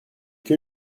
que